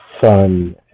fun